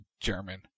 German